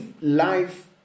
life